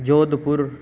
जोधपुरम्